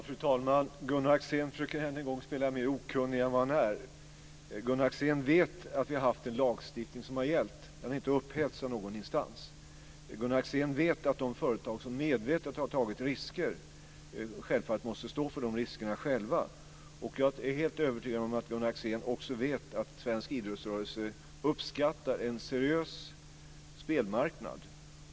Fru talman! Gunnar Axén försöker än en gång att spela mer okunnig än vad han är. Gunnar Axén vet att vi har haft en lagstiftning som har gällt. Den har inte upphävts av någon instans. Gunnar Axén vet att de företag som medvetet har tagit risker självfallet måste stå för de riskerna själva. Jag är helt övertygad om att Gunnar Axén också vet att svensk idrottsrörelse uppskattar en seriös spelmarknad.